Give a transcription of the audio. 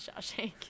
Shawshank